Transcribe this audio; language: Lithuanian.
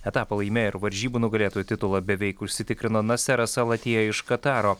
etapą laimėjo ir varžybų nugalėtojo titulą beveik užsitikrino naseras salatjė iš kataro